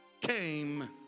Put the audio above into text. came